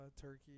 turkey